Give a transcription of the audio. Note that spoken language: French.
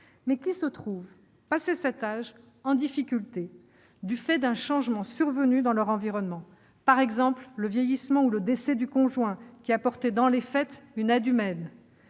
mais qui se trouvent, passé cet âge, en difficulté du fait d'un changement survenu dans leur environnement, par exemple le vieillissement ou le décès du conjoint qui apportait, dans les faits, une aide humaine.